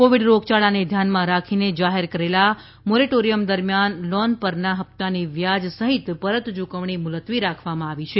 Covid રોગયાળાને ધ્યાનમાં રાખીને જાહેર કરેલા મોરેટોરિયમ દરમિયાન લોન પરના ફપ્તાની વ્યાજ સહિતપરત ચૂકવણી મુલતવી રાખવામાં આવી છે